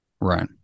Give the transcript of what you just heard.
Right